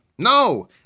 No